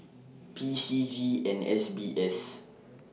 P C G and S B S